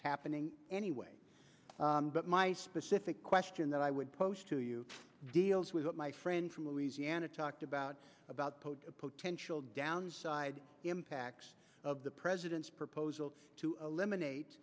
t happening anyway but my specific question that i would post to you deals with what my friend from louisiana talked about about the potential downside impacts of the president's proposal to